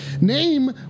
Name